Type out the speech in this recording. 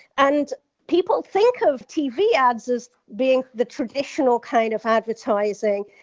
and people think of tv ads as being the traditional kind of advertising,